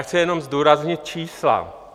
Chci jenom zdůraznit čísla.